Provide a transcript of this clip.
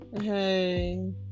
Hey